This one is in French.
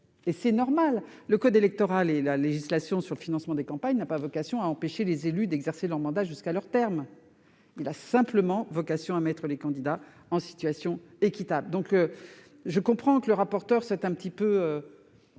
et c'est normal ! Le code électoral et la législation sur le financement des campagnes ont vocation non à empêcher les élus d'exercer leur mandat jusqu'à leur terme, mais à mettre les candidats en situation équitable. Je comprends que le rapporteur soit quelque peu